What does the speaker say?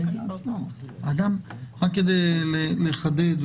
רק כדי לחדד,